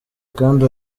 kandi